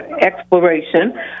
exploration